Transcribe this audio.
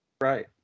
right